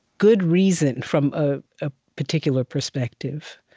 good reason, from a ah particular perspective.